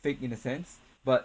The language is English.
fake in a sense but